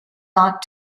not